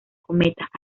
cometas